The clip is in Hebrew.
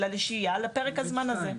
אלא לשהייה פה לפרק הזמן הזה.